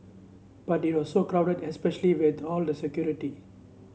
but it was so crowded especially with all the security